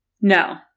No